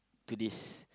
to this